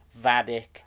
Vadik